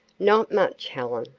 not much, helen,